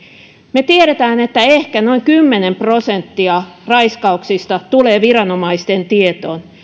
me tiedämme että ehkä noin kymmenen prosenttia raiskauksista tulee viranomaisten tietoon